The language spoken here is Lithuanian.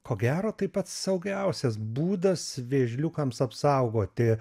ko gero tai pats saugiausias būdas vėžliukams apsaugoti